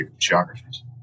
geographies